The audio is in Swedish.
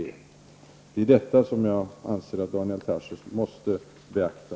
Det är detta som jag anser att Daniel Tarschys måste beakta.